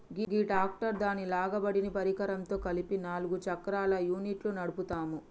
గీ tractor దాని లాగబడిన పరికరంతో కలిపి నాలుగు చక్రాల యూనిట్ను నడుపుతాము